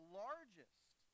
largest